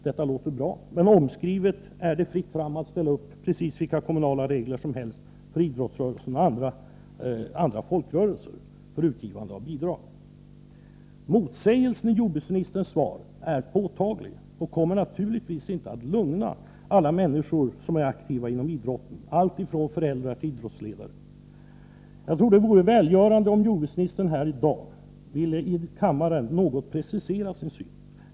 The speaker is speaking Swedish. Detta låter bra, men omskrivet innebär det att det är fritt fram att ställa upp precis vilka kommunala regler som helst för idrottsrörelsen och andra folkrörelser när det gäller tilldelning av bidrag. Motsägelsen i jordbruksministerns svar är påtaglig och kommer naturligtvis inte att lugna alla de människor som är aktiva inom idrotten — alltifrån föräldrar till idrottsledare. Jag tror att det vore välgörande om jordbruksministern i dag här i kammaren ville något mer precisera sin ståndpunkt.